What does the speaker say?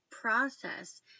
process